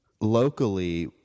locally